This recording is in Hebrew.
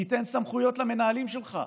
תיתן סמכויות למנהלים שלך.